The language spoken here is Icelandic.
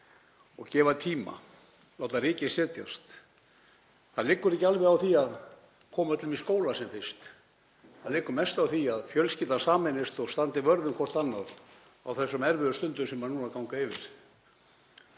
og gefa tíma, láta rykið setjast. Það liggur því ekki alveg á því að koma öllum í skóla sem fyrst. Það liggur mest á því að fjölskyldan sameinist og standi vörð um hvert annað á þessum erfiðu stundum sem nú ganga yfir.